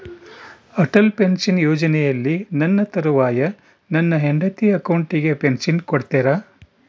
Atal pension ಯೋಜನೆಯಲ್ಲಿ ನನ್ನ ತರುವಾಯ ನನ್ನ ಹೆಂಡತಿ ಅಕೌಂಟಿಗೆ ಪೆನ್ಶನ್ ಕೊಡ್ತೇರಾ?